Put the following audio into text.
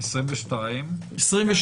פה